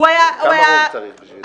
כמה רוב צריך בשביל זה?